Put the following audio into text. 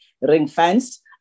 ring-fenced